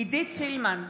עידית סילמן,